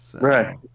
Right